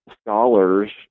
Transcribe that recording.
scholars